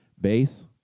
bass